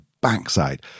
backside